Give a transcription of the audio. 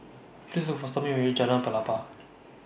Please Look For Stormy when YOU REACH Jalan Pelepah